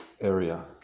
area